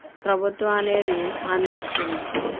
ప్రభుత్వం అనేది అందిస్తుంది